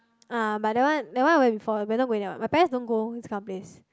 ah but that one that one I went before we not going that what my parents don't go this kind of place